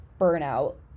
burnout